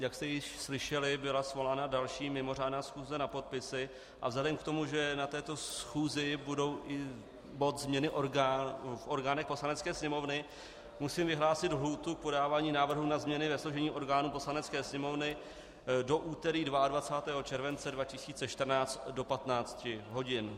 Jak jste již slyšeli, byla svolána další mimořádná schůze na podpisy a vzhledem k tomu, že na této schůzi bude i bod změny v orgánech Poslanecké sněmovny, musím vyhlásit lhůtu k podávání návrhů na změny ve složení orgánů Poslanecké sněmovny do úterý 22. července 2014 do 15 hodin.